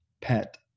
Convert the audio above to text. pet